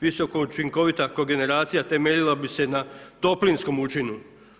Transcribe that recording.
Visoko učinkovita kogeneracija temeljila bi se na toplinskom učinu.